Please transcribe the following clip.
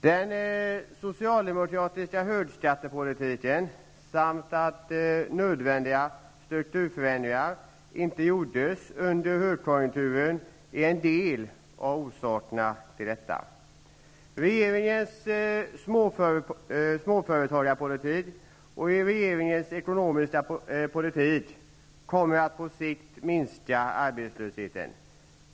Den socialdemokratiska högskattepolitiken samt det faktum att nödvändiga strukturförändringar inte gjordes under högkonjunkturen är exempel på orsaker till att det blivit som det blivit. Regeringens småföretagarpolitik och ekonomiska politik kommer på sikt att innebära minskad arbetslöshet.